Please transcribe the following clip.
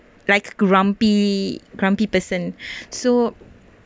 like grumpy grumpy person so